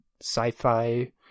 sci-fi